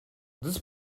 this